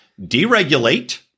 Deregulate